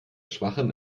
schwachem